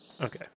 Okay